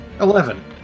Eleven